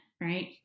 right